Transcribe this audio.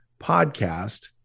podcast